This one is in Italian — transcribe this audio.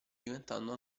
diventando